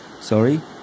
sorry